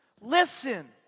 Listen